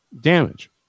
damage